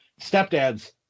stepdad's